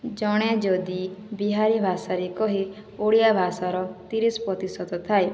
ଜଣେ ଯଦି ବିହାରୀ ଭାଷାରେ କୁହେ ଓଡ଼ିଆ ଭାଷାର ତିରିଶ ପ୍ରତିଶତ ଥାଏ